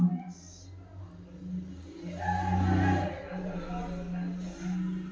ಹೊಸದಾಗಿ ಕಾಳು ಸಂಗ್ರಹಣಾ ಕೇಂದ್ರಗಳನ್ನು ಚಲುವ ಮಾಡ್ಯಾರ ಅದರ ಪ್ರಯೋಜನಾ ಪಡಿಯುದು